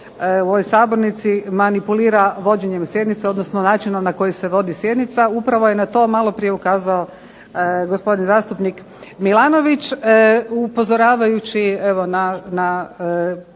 u ovoj sabornici manipulira vođenjem sjednice odnosno načinom na koji se vodi sjednica. Upravo je na to maloprije ukazao gospodin zastupnik Milanović, upozoravajući